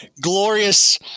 glorious